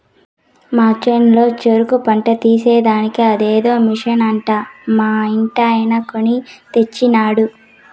మా చేనులో చెరుకు పంట తీసేదానికి అదేదో మిషన్ అంట మా ఇంటాయన కొన్ని తెచ్చినాడు